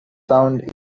sound